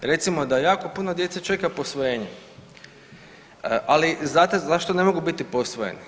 Recimo da jako puno djece čeka posvojenje, ali znate zašto ne mogu biti posvojeni?